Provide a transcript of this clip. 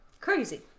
Crazy